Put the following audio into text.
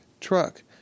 truck